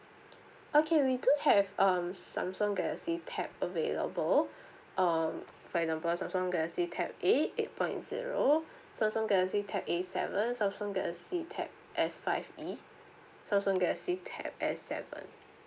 okay we do have um samsung galaxy tap available um for example samsung galaxy tab eight point zero samsung galaxy tab A seven samsung galaxy tab S five E samsung galaxy tab S seven